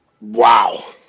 Wow